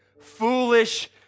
foolish